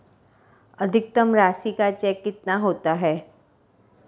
अधिकतम राशि का चेक कितना होता है?